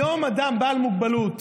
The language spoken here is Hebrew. היום אדם בעל מוגבלות